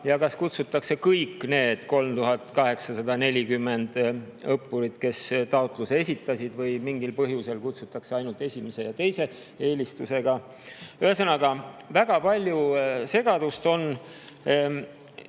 ja kas kutsutakse kõik need 3840 õppurit, kes taotluse esitasid, või mingil põhjusel kutsutakse ainult esimese ja teise eelistuse [märkimise põhjal]. Ühesõnaga, väga palju on segadust.